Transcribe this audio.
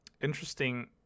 interesting